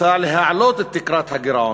מוצע להעלות את תקרת הגירעון.